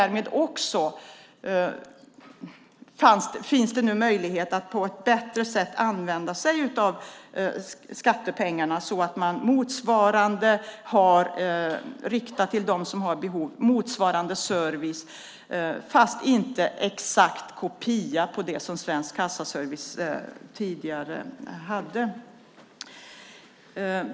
Det finns nu möjligheter att på ett bättre sätt använda skattepengarna så att de riktas till dem som har behov av motsvarande service, fast inte en exakt kopia av den service som Svensk Kassaservice tidigare hade.